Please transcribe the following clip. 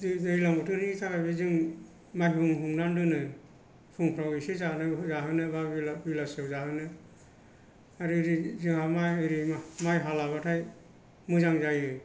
दैज्लां बोथोरनि थाखाय जों माइहुं हुंनानै दोनो फुंफ्राव एसे जाहोनो बा बेलासियाव जाहोनो आरो जोंहा माइ हाब्लाथाय मोजां जायो